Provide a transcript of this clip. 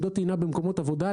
עמדות טעינה במקומות עבודה,